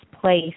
place